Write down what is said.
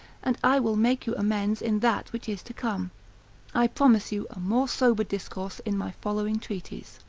and i will make you amends in that which is to come i promise you a more sober discourse in my following treatise.